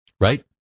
right